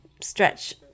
stretch